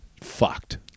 Fucked